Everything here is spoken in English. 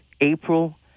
April